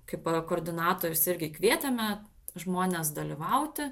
kaip koordinatorius irgi kvietėme žmones dalyvauti